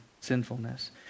sinfulness